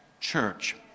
church